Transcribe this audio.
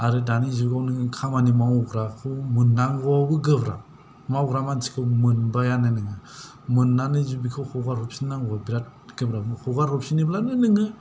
आरो दानि जुगाव नोङो खामानि मावग्राखौ मोननांगौआबो गोब्राब मावग्रा मानसिखौ मोनबायानो नोङो मोननानै जि बिखौ हगारहरफिननांगौआ बिराद गोब्राब हगारहरफिनोब्लानो नोङो